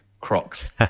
Crocs